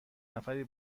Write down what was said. نفری